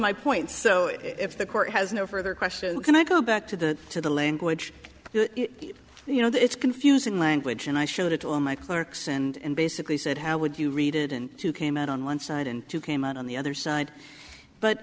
my points so if the court has no further questions can i go back to the to the language you know it's confusing language and i showed it to all my clerks and basically said how would you read it and two came out on one side and two came out on the other side but